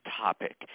topic